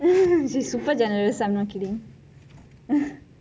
she is super generous I am not kidding